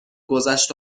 گذشت